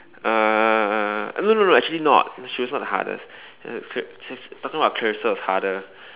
uh no no no actually not she was not the hardest Clarissa talking about Clarissa was harder